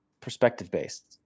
perspective-based